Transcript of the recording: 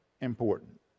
important